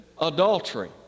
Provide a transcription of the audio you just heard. adultery